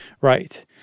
Right